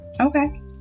Okay